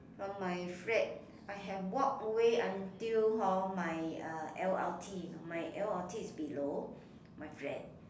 from my flat I have walkway until hor my uh l_r_t my l_r_t is below my flat